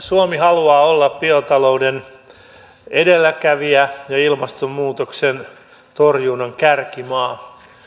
suomi haluaa olla biotalouden edelläkävijä ja ilmastonmuutoksen torjunnan kärkimaa